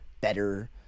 better